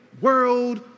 world